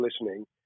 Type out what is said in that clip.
listening